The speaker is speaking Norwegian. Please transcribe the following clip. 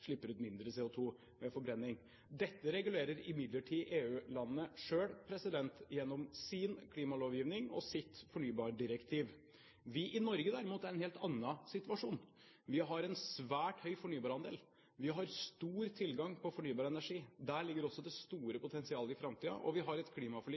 slipper ut mindre CO2 ved forbrenning. Dette regulerer imidlertid EU-landene selv gjennom sin klimalovgivning og sitt fornybardirektiv. Vi i Norge, derimot, er i en helt annen situasjon. Vi har en svært høy fornybarandel, og vi har stor tilgang på fornybar energi. Der ligger også det store potensialet i framtiden, og vi har et klimaforlik